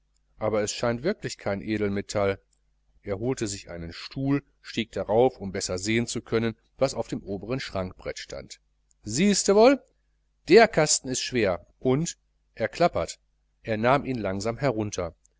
aber es scheint wirklich kein edelmetall er holte sich einen stuhl und stieg darauf um besser sehen zu können was auf dem oberen schrankbrett stand siehstewoll der kasten ist schwer und er klappert er nahm ihn langsam herunter